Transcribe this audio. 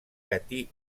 kathy